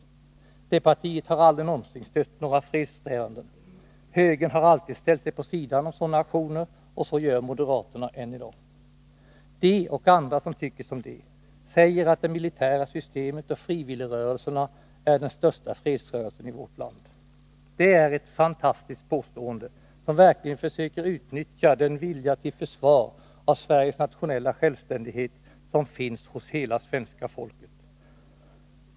Det partiet har aldrig någonsin stött några fredssträvanden. Högern har alltid ställt sig på sidan om sådana aktioner, och så gör moderaterna än i dag. De, och andra som tycker som de, säger att det militära systemet och frivilligrörelserna är den största fredsrörelsen i vårt land. Det är ett fantastiskt påstående, som verkligen försöker utnyttja den vilja till försvar av Sveriges nationella självständighet som finns hos hela svenska folket.